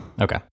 Okay